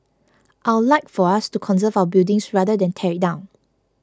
I'll like for us to conserve our buildings rather than tear it down